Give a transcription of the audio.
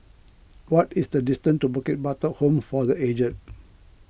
what is the distance to Bukit Batok Home for the Aged